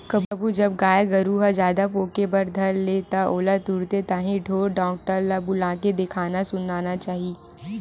कभू कभू जब गाय गरु ह जादा पोके बर धर ले त ओला तुरते ताही ढोर डॉक्टर ल बुलाके देखाना सुनाना चाही